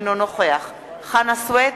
אינו נוכח חנא סוייד,